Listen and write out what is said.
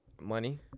Money